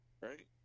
Right